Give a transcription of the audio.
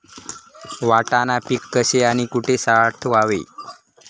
वाटाणा पीक कसे आणि कुठे साठवावे?